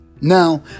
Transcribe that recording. Now